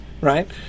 right